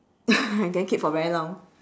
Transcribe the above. can I keep for very long